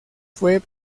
fue